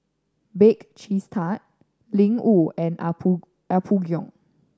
Bake Cheese Tart Ling Wu and Apgujeong